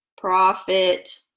profit